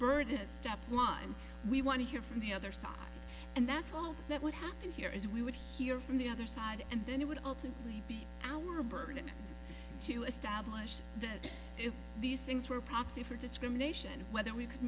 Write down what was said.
to step one and we want to hear from the other side and that's all that would happen here is we would hear from the other side and then it would ultimately be our burden to establish that if these things were proxy for discrimination whether we could